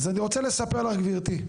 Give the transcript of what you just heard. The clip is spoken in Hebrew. אז אני רוצה לספר לך גברתי,